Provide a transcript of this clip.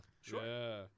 Sure